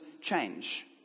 change